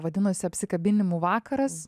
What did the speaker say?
vadinosi apsikabinimų vakaras